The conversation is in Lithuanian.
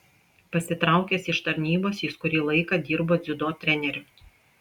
pasitraukęs iš tarnybos jis kurį laiką dirbo dziudo treneriu